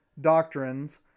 doctrines